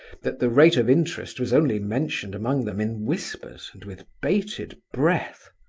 that the rate of interest was only mentioned among them in whispers and with bated breath.